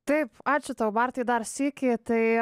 taip ačiū tau bartai dar sykį tai